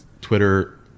Twitter